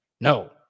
No